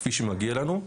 כפי שמגיע לנו.